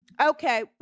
Okay